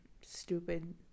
stupid